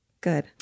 good